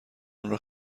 آنرا